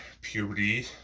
puberty